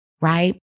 right